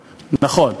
נכון.